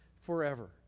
forever